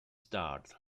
start